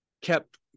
kept